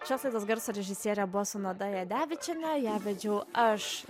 šios laidos garso režisierė buvo sonata jadevičienė ją vedžiau aš